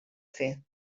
fer